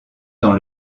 dans